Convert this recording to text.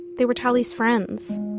they were tali's friends.